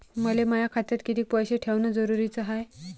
मले माया खात्यात कितीक पैसे ठेवण जरुरीच हाय?